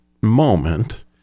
moment